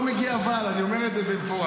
לא מגיע אבל, אני אומר את זה במפורש.